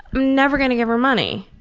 never going to give her money.